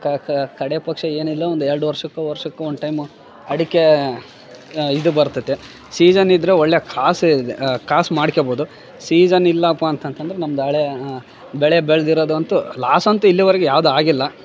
ಕ ಕ ಕಡೆ ಪಕ್ಷ ಏನಿಲ್ಲ ಒಂದು ಎರಡು ವರ್ಷಕ್ಕೂ ವರ್ಷಕ್ಕೂ ಒನ್ ಟೈಮ್ ಅಡಿಕೆ ಆ ಇದು ಬರ್ತತೆ ಸೀಸನ್ ಇದ್ರೆ ಒಳ್ಳೇ ಕಾಸೇ ಇದೆ ಕಾಸು ಮಾಡ್ಕೊಬೌದು ಸೀಸನ್ ಇಲ್ಲಪ್ಪ ಅಂತಂತಂದರೆ ನಮ್ದು ಹಳೇ ಬೆಳೆ ಬೆಳೆದಿರೋದಂತು ಲಾಸ್ ಅಂತು ಇಲ್ಲಿವರೆಗು ಯಾವುದು ಆಗಿಲ್ಲ